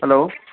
hello